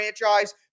franchise